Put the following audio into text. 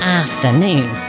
afternoon